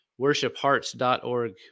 worshiphearts.org